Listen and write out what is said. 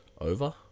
over